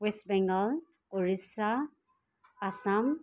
West Bengal Odisha Assam